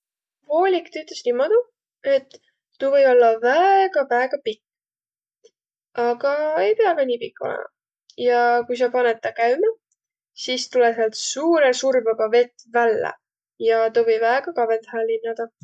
Voolik tüütäs niimodu, et tuu või ollaq väega, väega pikk. Aga ei piaq ka nii pikk olõma. Ja kui sa panõt ta käümä, sis tulõ säält suurõ survõga vett vällä ja tuu või väega kavvõdahe linnadaq.